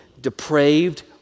depraved